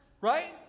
Right